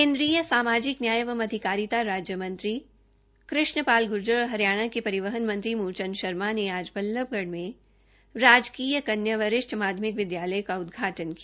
केंद्रीय सामाजिक न्याय एवं अधिकारिता राज्य मंत्री श्री कृष्ण पाल ग्र्जर और हरियाणा के परिवहन मंत्री श्री मूलचंद शर्मा ने आज बल्लभगढ़ में राजकीय कन्या वरिष्ठ माध्यमिक विद्यालय का उद्वाटन किया